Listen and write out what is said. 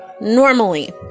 normally